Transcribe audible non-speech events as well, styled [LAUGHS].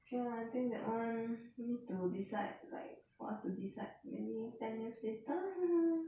K lah I think that [one] need to decide like for us to decide maybe ten years later [LAUGHS]